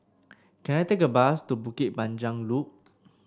can I take a bus to Bukit Panjang Loop